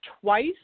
twice